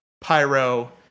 Pyro